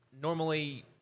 normally